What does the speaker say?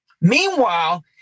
Meanwhile